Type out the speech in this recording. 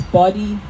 body